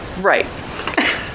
Right